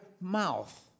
mouth